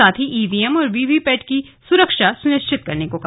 साथ ही ईवीएम और वीवीपीएटी की सुरक्षा सुनिश्चित करने को कहा